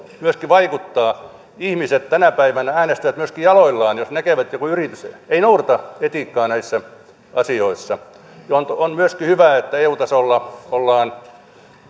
myöskin vaikuttaa ihmiset tänä päivänä äänestävät myöskin jaloillaan jos näkevät että joku yritys ei ei noudata etiikkaa näissä asioissa on myöskin hyvä että eu tasolla ollaan